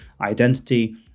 identity